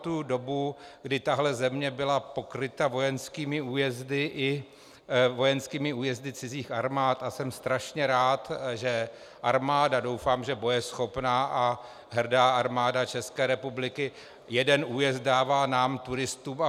Já si pamatuji dobu, kdy tato země byla pokryta vojenskými újezdy i vojenskými újezdy cizích armád, a jsem strašně rád, že armáda doufám, že bojeschopná a hrdá Armáda České republiky jeden újezd dává nám turistům a houbařům.